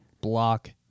block